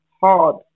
hard